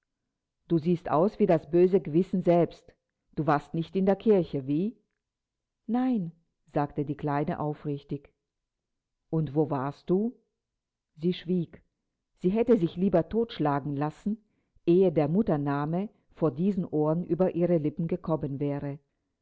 du siehst aus wie das böse gewissen selbst du warst nicht in der kirche wie nein sagte die kleine aufrichtig und wo warst du sie schwieg sie hätte sich lieber totschlagen lassen ehe der muttername vor diesen ohren über ihre lippen gekommen wäre